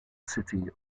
city